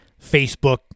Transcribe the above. Facebook